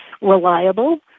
reliable